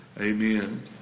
Amen